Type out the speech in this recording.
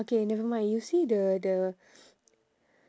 okay never mind you see the the